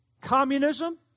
communism